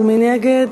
מי נגד?